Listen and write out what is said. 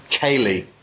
Kaylee